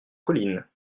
colline